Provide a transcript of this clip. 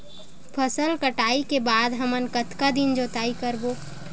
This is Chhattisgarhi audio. फसल कटाई के बाद हमन कतका दिन जोताई करबो?